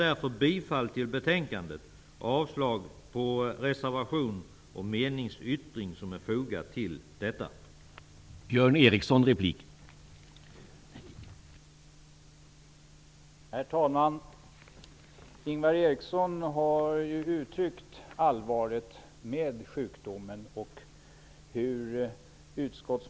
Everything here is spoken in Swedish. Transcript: Jag yrkar bifall till utskottets hemställan och avslag på reservationen och meningsyttringen som är fogad till betänkandet.